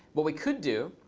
what we could do,